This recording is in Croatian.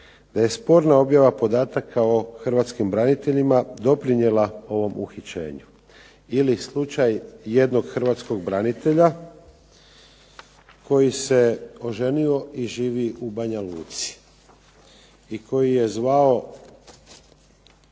da je sporna objava podataka o hrvatskim braniteljima doprinijela ovom uhićenju. Ili slučaj jednog hrvatskog branitelja koji se oženio i živi u Banja Luci i koji je zvao